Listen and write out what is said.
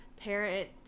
parent